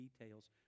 details